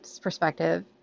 perspective